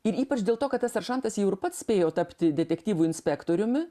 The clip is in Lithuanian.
ir ypač dėl to kad tas seržantas jau ir pats spėjo tapti detektyvu inspektoriumi